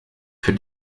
für